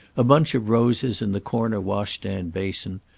a bunch of roses in the corner washstand basin,